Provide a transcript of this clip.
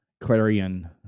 clarion